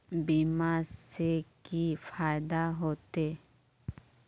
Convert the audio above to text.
बीमा से की फायदा होते?